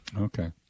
Okay